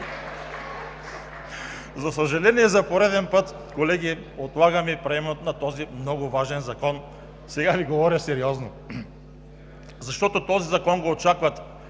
За съжаление, за пореден път, колеги, отлагаме приемането на този много важен закон – сега Ви говоря сериозно, защото този закон го очакват